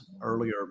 earlier